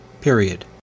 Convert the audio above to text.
Period